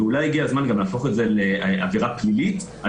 ואולי הגיע הזמן גם להפוך את זה לעבירה פלילית על